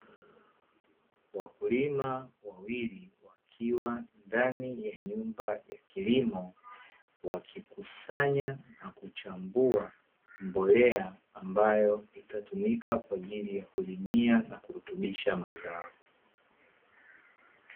Wakulima wawili wakiwa ndani ya nyumba ya kilimo, wakikusanya na kuchambua mbolea, ambayo itatumika kwa ajili ya kulimia na kurutubisha mazao.